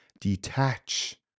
detach